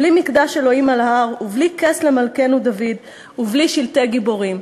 בלי מקדש ה' על ההר ובלי כס למלכנו דוד ובלי שלטי גיבורים".